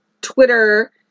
Twitter